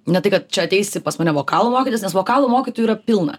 ne tai kad čia ateisi pas mane vokalo mokytis nes vokalo mokytojų yra pilna